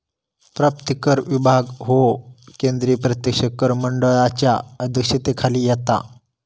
प्राप्तिकर विभाग ह्यो केंद्रीय प्रत्यक्ष कर मंडळाच्या अध्यक्षतेखाली येता